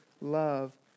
love